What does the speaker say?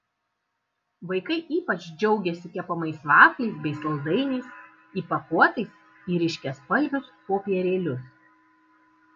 vaikai ypač džiaugėsi kepamais vafliais bei saldainiais įpakuotais į ryškiaspalvius popierėlius